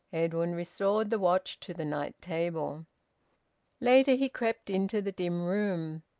edwin restored the watch to the night-table. later, he crept into the dim room.